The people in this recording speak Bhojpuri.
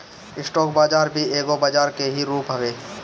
स्टॉक बाजार भी एगो बजरा के ही रूप हवे